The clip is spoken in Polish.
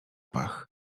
pach